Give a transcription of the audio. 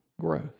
growth